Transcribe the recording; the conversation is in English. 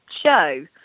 show